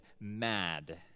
mad